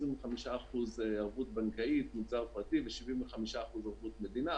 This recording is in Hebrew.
25% ערבות בנקאית ו-75% ערבות מדינה.